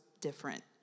different